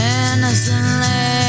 innocently